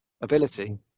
ability